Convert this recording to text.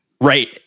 Right